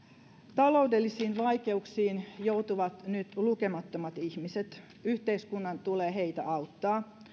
taloudellisiin vaikeuksiin joutuvat nyt lukemattomat ihmiset yhteiskunnan tulee heitä auttaa